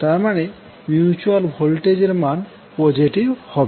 তারমানে mutual voltage এর মান পজেটিভ হবে